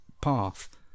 path